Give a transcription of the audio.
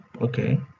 Okay